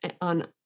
on